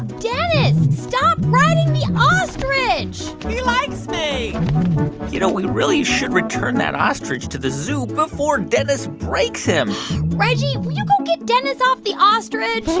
dennis, stop riding the ostrich he likes me you know, we really should return that ostrich to the zoo before dennis breaks him reggie, would you go get dennis off the ostrich?